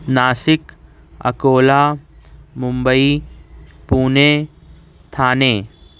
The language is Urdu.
ناسک اکولا ممبئی پونے تھانے